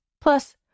Plus